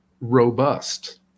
robust